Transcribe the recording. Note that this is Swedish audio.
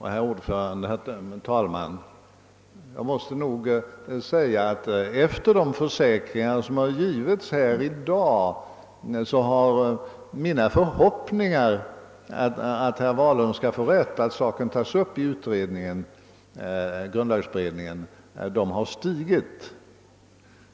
Herr talman! Efter de försäkringar som har givits i dag har mina förhoppningar stigit om att herr Wahlund skall få rätt och saken tas upp i grundlagberedningen.